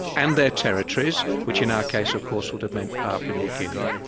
and their territories, which in our case of course would have meant power for new guinea,